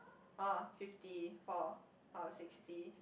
orh fifty four or sixty